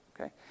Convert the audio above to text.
okay